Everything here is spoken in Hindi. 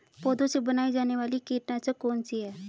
पौधों से बनाई जाने वाली कीटनाशक कौन सी है?